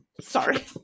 Sorry